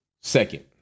second